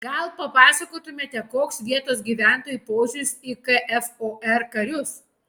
gal papasakotumėte koks vietos gyventojų požiūris į kfor karius